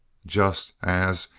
just as,